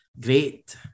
great